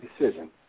decision